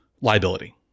liability